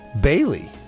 Bailey